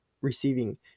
receiving